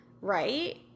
right